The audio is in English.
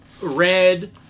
Red